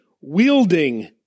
wielding